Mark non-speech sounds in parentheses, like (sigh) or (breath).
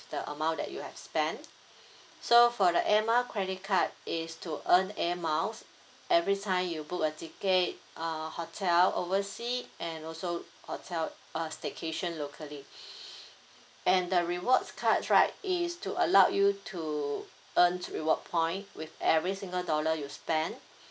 the amount that you have spent so for the air mile credit card it's to earn air miles every time you book a ticket uh hotel oversea and also hotel uh staycation locally (breath) and the rewards card right it is to allow you to earn reward point with every single dollar you spent (breath)